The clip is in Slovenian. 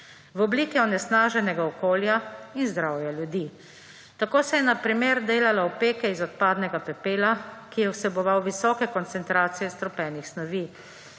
v obliki onesnaženega okolja in zdravja ljudi. Tako se je na primer delalo opeke iz odpadnega pepela, ki je vseboval visoke koncentracije strupenih snovi.